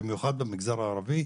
במיוחד במגזר הערבי,